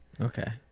Okay